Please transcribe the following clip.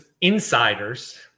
insiders